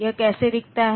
यह कैसा दिखता है